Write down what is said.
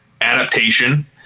Adaptation